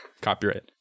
copyright